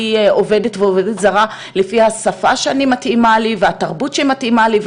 עובדת או עובד זר לפי השפה שמתאימה לי והתרבות שמתאימה לי.